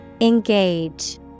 engage